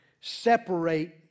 separate